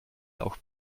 auch